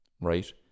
right